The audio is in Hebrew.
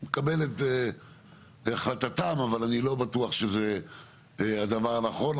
אני מקבל את החלטתם אבל אני לא בטוח שזה הדבר הנכון.